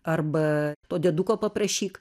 arba to dieduko paprašyk